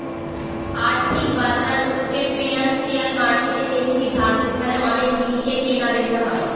আর্থিক বাজার হচ্ছে ফিনান্সিয়াল মার্কেটের একটি ভাগ যেখানে অনেক জিনিসের কেনা বেচা হয়